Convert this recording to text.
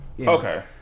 Okay